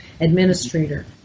administrator